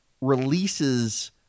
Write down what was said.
releases